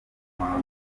muhango